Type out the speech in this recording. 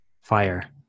fire